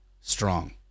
strong